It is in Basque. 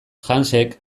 hansek